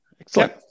Excellent